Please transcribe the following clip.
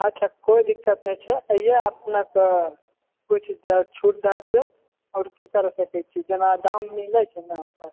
अच्छा कोइ दिक्कत नहि छै अबियौ अपनेके कुछ छूट दए देबै आओर की करि सकैत छी जेना दाम मिलैत छै ने ओकर